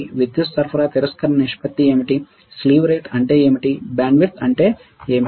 విద్యుత్ సరఫరా తిరస్కరణ నిష్పత్తి ఏమిటి స్లీవ్ రేట్ అంటే ఏమిటి బ్యాండ్విడ్త్ అంటే ఏమిటి